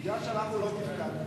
בגלל שאנחנו לא תפקדנו,